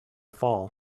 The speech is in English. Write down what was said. fall